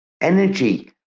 energy